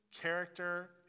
character